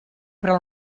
però